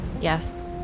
Yes